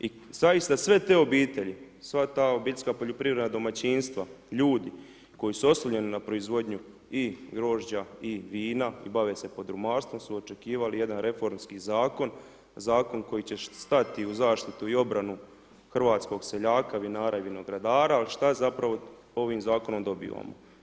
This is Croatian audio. I zaista sve te obitelji, sva ta obiteljska poljoprivredna domaćinstva, ljudi koji se oslanjaju na proizvodnju i grožđa i vina i bave se podrumarstvo su očekivali jedan reformski zakon, zakon koji će stati u zaštitu i obranu hrvatskog seljaka, vinara i vinogradara a šta zapravo ovim zakonom dobivamo?